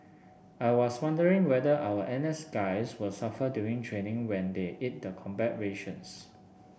I was wondering whether our N S guys will suffer during training when they eat the combat rations